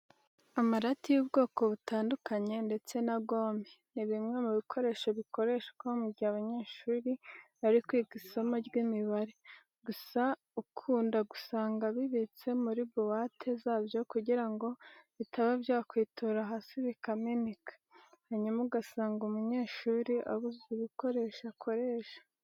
Amarati y'ubwoko butandukanye ndetse na gome, ni bimwe mu bikoresho bikoreshwa mu gihe abanyeshuri bari kwiga isomo ry'imibare. Gusa akenshi ukunda gusanga bibitse muri buwate zabyo kugira ngo bitaba byakwitura hasi bikameneka, hanyuma ugasanga umunyeshuri abuze ibikoresho akoresha.